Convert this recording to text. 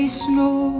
snow